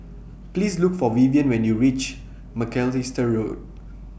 Please Look For Vivian when YOU REACH Macalister Road